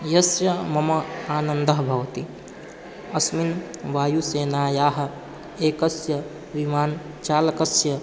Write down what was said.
यस्य मम आनन्दः भवति अस्मिन् वायुसेनायाः एकस्य विमानचालकस्य